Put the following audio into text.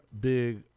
big